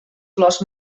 flors